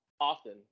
often